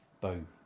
Boom